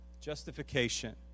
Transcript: Justification